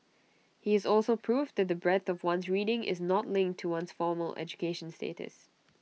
he is also proof that the breadth of one's reading is not linked to one's formal education status